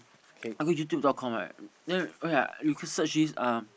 go YouTube dot com right then oh yeah you can search this uh